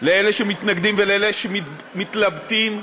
לאלה שמתנגדים ולאלה שמתלבטים,